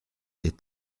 est